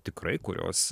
tikrai kurios